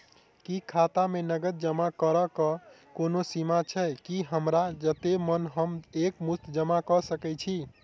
की खाता मे नगद जमा करऽ कऽ कोनो सीमा छई, की हमरा जत्ते मन हम एक मुस्त जमा कऽ सकय छी?